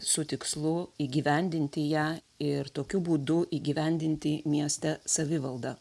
su tikslu įgyvendinti ją ir tokiu būdu įgyvendinti mieste savivaldą